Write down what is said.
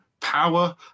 power